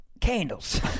Candles